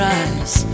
eyes